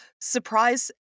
surprise